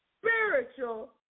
Spiritual